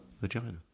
vagina